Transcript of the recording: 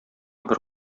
бер